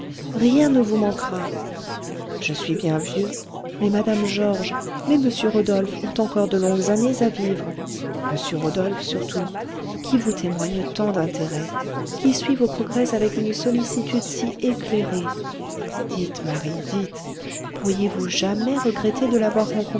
rien ne vous manquera je suis bien vieux mais mme georges mais m rodolphe ont encore de longues années à vivre m rodolphe surtout qui vous témoigne tant d'intérêt qui suit vos progrès avec une sollicitude si éclairée dites marie dites pourriez-vous jamais regretter de l'avoir